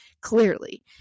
clearly